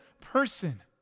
person